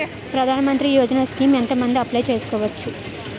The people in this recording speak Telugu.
ప్రధాన మంత్రి యోజన స్కీమ్స్ ఎంత మంది అప్లయ్ చేసుకోవచ్చు?